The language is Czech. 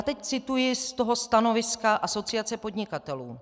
Teď cituji ze stanoviska Asociace podnikatelů.